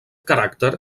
caràcter